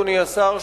אדוני השר,